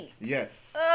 Yes